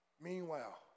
Meanwhile